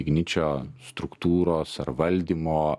igničio struktūros ar valdymo